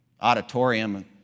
auditorium